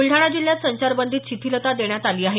बुलडाणा जिल्ह्यात संचारबंदीत शिथिलता देण्यात आली आहे